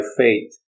faith